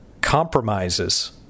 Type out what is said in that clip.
compromises